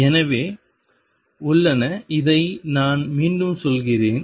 எனவே உள்ளன இதை நான் மீண்டும் சொல்கிறேன்